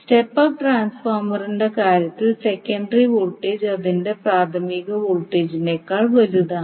step up ട്രാൻസ്ഫോർമറിന്റെ കാര്യത്തിൽ secondary voltage അതിന്റെ പ്രാഥമിക വോൾട്ടേജിനേക്കാൾ വലുതാണ്